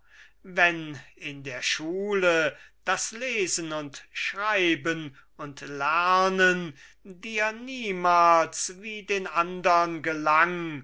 wenn in der schule das lesen und schreiben und lernen dir niemals wie den andern gelang